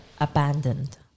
abandoned